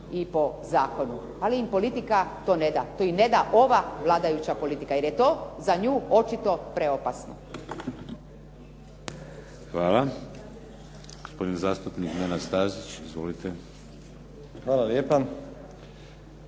i po zakonu ali im politika to ne da. To im ne da ova vladajuća politika jer je to za nju očito preopasno. **Šeks, Vladimir (HDZ)** Gospodin zastupnik Nenad Stazić. Izvolite. **Stazić,